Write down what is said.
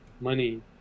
money